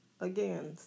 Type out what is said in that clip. again